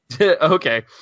Okay